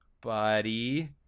Buddy